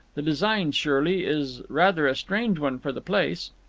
the design, surely, is rather a strange one for the place.